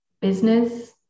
business